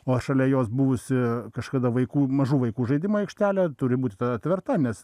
o šalia jos buvusi kažkada vaikų mažų vaikų žaidimų aikštelė turi būti tada aptverta nes